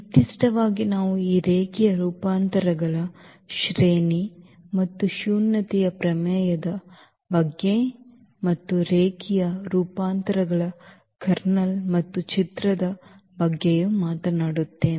ನಿರ್ದಿಷ್ಟವಾಗಿ ನಾವು ಈ ರೇಖೀಯ ರೂಪಾಂತರಗಳ ಶ್ರೇಣಿ ಮತ್ತು ಶೂನ್ಯತೆಯ ಪ್ರಮೇಯದ ಬಗ್ಗೆ ಮತ್ತು ರೇಖೀಯ ರೂಪಾಂತರಗಳ ಕರ್ನಲ್ ಮತ್ತು ಚಿತ್ರದ ಬಗ್ಗೆಯೂ ಮಾತನಾಡುತ್ತೇವೆ